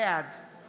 בעד